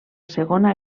segona